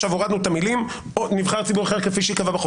עכשיו הורדנו את המילים "או נבחר ציבור אחר כפי שייקבע בחוק",